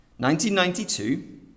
1992